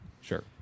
Sure